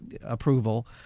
approval